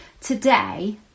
Today